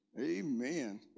amen